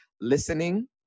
listening